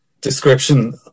description